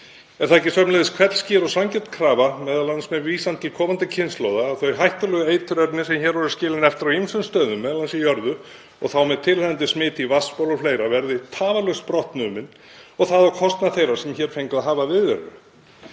Er það ekki sömuleiðis hvellskýr og sanngjörn krafa, m.a. með vísan til komandi kynslóða, að þau hættulegu eiturefni sem hér voru skilin eftir á ýmsum stöðum, m.a. í jörðu, og þá með tilheyrandi smiti í vatnsból og fleira, verði tafarlaust brottnumin og það á kostnað þeirra sem hér fengu að hafa viðveru?